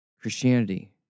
Christianity